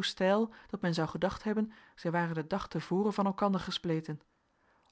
steil dat men zou gedacht hebben zij waren den dag te voren van elkander gespleten